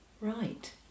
right